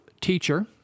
teacher